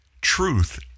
Truth